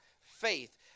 faith